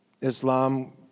Islam